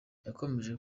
yakomeje